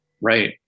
right